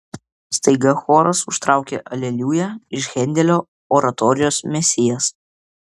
staiga choras užtraukė aleliuja iš hendelio oratorijos mesijas